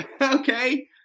okay